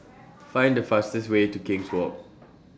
Find The fastest Way to King's Walk